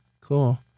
cool